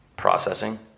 processing